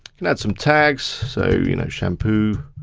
and add some tags, so you know shampoo,